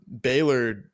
baylor